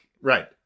Right